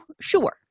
Sure